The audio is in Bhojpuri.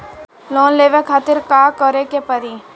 लोन लेवे खातिर का करे के पड़ी?